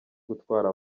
gutwara